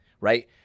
Right